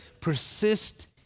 persist